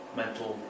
mental